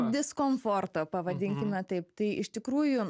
diskomforto pavadinkime taip tai iš tikrųjų